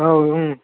औ